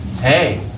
Hey